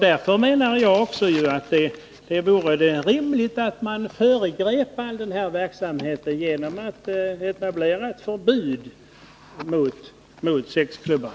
Därför menar jag också att det vore rimligt att man föregrep den här verksamheten genom att införa ett förbud mot sexklubbar.